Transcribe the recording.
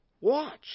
Watch